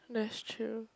that's true